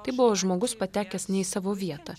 tai buvo žmogus patekęs ne į savo vietą